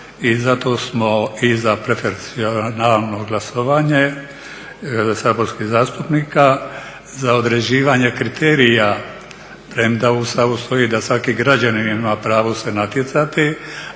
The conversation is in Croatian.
i zato smo i za preferencijalno glasovanje saborskih zastupnika za određivanje kriterija, premda u Ustavu stoji da svaki građanin ima pravo se natjecati,